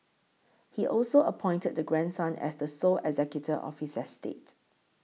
he also appointed the grandson as the sole executor of his estate